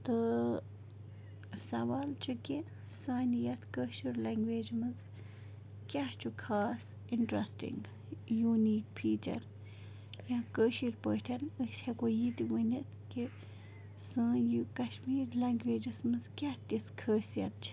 تہٕ سوال چھُ کہِ سانہِ یَتھ کٲشِر لنٛگویجہِ منٛز کیٛاہ چھُ خاص اِنٹرٛسٹِنٛگ یوٗنیٖک فیٖچَر یا کٲشِر پٲٹھۍ أسۍ ہٮ۪کَو یہِ تہِ ؤنِتھ کہِ سٲنۍ یہِ کَشمیٖر لَنٛگویجَس منٛز کیٛاہ تِژھ خٲصیت چھِ